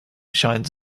shines